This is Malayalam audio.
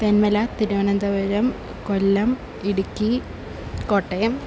തെന്മല തിരുവനന്തപുരം കൊല്ലം ഇടുക്കി കോട്ടയം